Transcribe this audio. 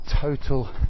total